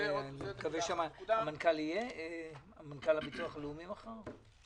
נבקש שמנכ"ל הביטוח הלאומי יהיה פה מחר,